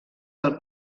del